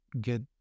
get